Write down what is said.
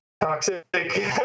toxic